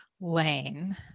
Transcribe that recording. lane